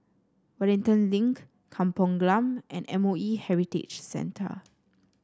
Wellington Link Kampung Glam and M O E Heritage Centre